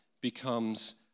becomes